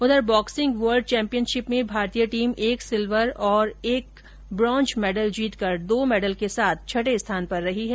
उधर boxing world championship में भारतीय टीम एक सिल्वर और एक ब्रॉन्ज मेंडल जीतकर दो मेडल के साथ छठे स्थान पर रही है